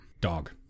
Dog